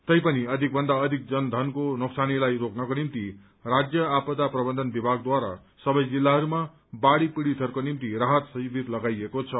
तैपनि अधिकभन्दा अधिक जनयनको नोक्सानीलाई रोक्नको निम्ति राज्य आपदा प्रबन्धन विमागद्वारा सबै जिल्लाहरूमा बाढ़ी पीड़ितहरूको निम्ति राहत शिविर लगाएको छ